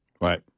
Right